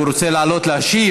הוא רוצה לעלות להשיב,